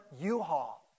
U-Haul